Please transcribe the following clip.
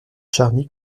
charny